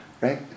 right